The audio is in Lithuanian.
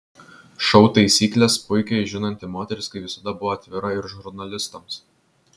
šou taisykles puikiai žinanti moteris kaip visada buvo atvira ir žurnalistams